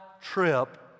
trip